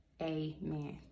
Amen